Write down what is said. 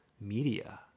media